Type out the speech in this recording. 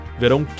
verão